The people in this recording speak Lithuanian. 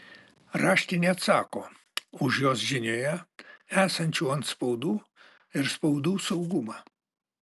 raštinė atsako už jos žinioje esančių antspaudų ir spaudų saugumą